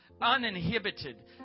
uninhibited